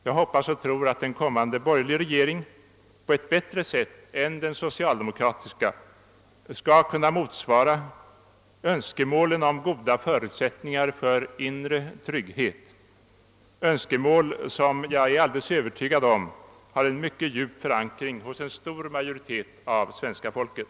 Jag hoppas och tror att en kommande borgerlig regering på ett bättre sätt än den socialdemokratiska skall kunna motsvara önskemålen om goda förutsättningar för inre trygghet, önskemål som jag är övertygad om har en djup förankring hos en stor majoritet av svenska folket.